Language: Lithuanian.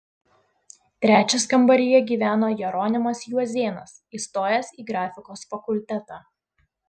trečias kambaryje gyveno jeronimas juozėnas įstojęs į grafikos fakultetą